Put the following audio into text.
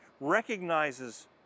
recognizes